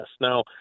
Now